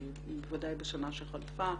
בוועדה בשנה שחלפה.